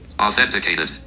Authenticated